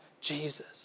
Jesus